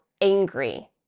angry